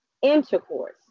intercourse